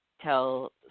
tell